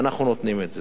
ואנחנו נותנים את זה.